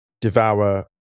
devour